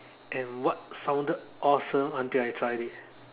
and what sounded awesome until I tried it